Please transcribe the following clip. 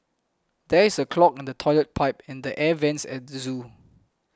there is a clog in the Toilet Pipe and the Air Vents at the zoo